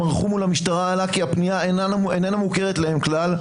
ערכו מול המשטרה עלה כי הפנייה איננה מוכרת להם כלל,